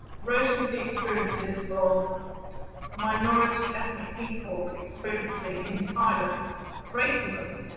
wrote of the experiences of minority ethnic people experiencing in silence racisms.